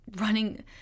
running